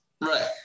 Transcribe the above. Right